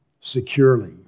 securely